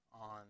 on